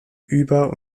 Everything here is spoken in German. über